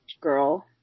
girl